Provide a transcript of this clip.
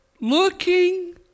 looking